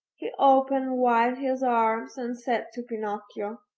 he opened wide his arms and said to pinocchio